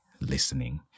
listening